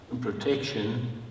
protection